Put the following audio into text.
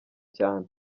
cyane